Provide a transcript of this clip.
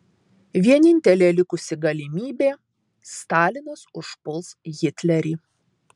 vienintelė likusi galimybė stalinas užpuls hitlerį